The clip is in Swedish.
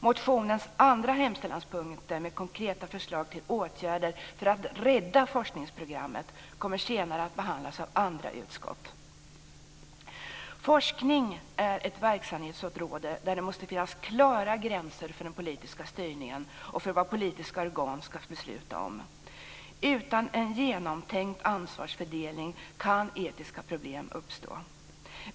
Motionens andra hemställanspunkt med konkreta förslag till åtgärder för att rädda forskningsprogrammet kommer senare att behandlas av andra utskott. Forskning är ett verksamhetsområde där det måste finnas klara gränser för den politiska styrningen och för vad politiska organ ska besluta om. Utan en genomtänkt ansvarsfördelning kan etiska problem uppstå.